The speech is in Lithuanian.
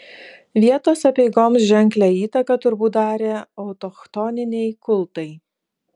vietos apeigoms ženklią įtaką turbūt darė autochtoniniai kultai